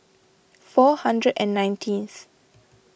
four hundred and nineteenth